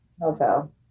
hotel